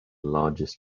largest